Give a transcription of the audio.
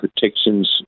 protections